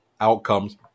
outcomes